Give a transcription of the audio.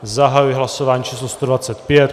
Zahajuji hlasování číslo 125.